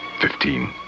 Fifteen